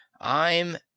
I'm